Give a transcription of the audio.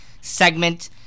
segment